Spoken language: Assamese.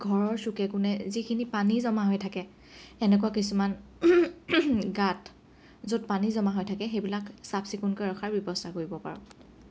ঘৰৰ চুকে কোণে যিখিনি পানী জমা হৈ থাকে এনেকুৱা কিছুমান গাঁত য'ত পানী জমা হৈ থাকে সেইবিলাক চাফ চিকুণকৈ ৰখাৰ ব্যৱস্থা কৰিব পাৰোঁ